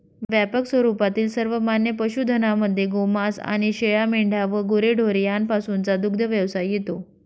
व्यापक स्वरूपातील सर्वमान्य पशुधनामध्ये गोमांस आणि शेळ्या, मेंढ्या व गुरेढोरे यापासूनचा दुग्धव्यवसाय येतो